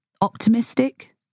optimistic